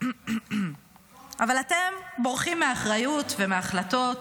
אבל אתם בורחים מאחריות ומהחלטות,